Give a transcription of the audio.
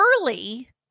early